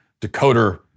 decoder